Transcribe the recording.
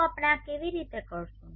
તો આપણે આ કેવી રીતે કરીશું